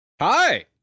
Hi